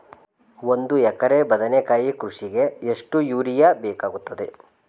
ಒಂದು ಎಕರೆ ಬದನೆಕಾಯಿ ಕೃಷಿಗೆ ಎಷ್ಟು ಯೂರಿಯಾ ಬೇಕಾಗುತ್ತದೆ?